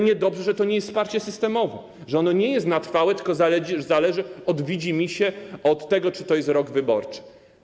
Niedobrze, że nie jest to wsparcie systemowe, że ono nie jest trwałe, tylko zależy od widzimisię, od tego, czy jest rok wyborczy.